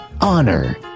Honor